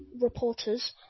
reporters